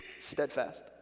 steadfast